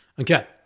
Okay